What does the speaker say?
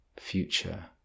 future